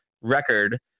record